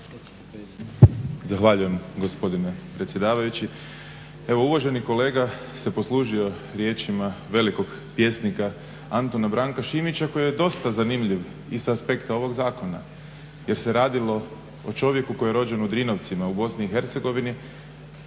Zahvaljujem gospodine predsjedavajući. Pa evo, uvaženi kolega se poslužio riječima velikog pjesnika Antuna Branka Šimića koji je dosta zanimljiv i sa aspekta ovog zakona jer se radilo o čovjeku koji je rođen u Drinovcima u